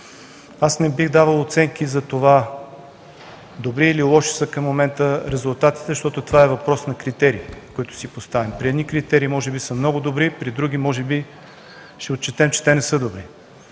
Не бих давал оценки – добри или лоши са към момента резултатите, защото това е въпрос на критерии, които си поставяме. При едни критерии може би са много добри, при други може би ще отчетем, че те не са добри,